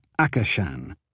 Akashan